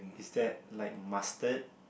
is that like mustard